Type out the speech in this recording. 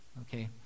Okay